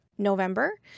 November